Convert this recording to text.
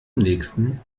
nächsten